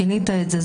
כינית את זה,